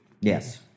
Yes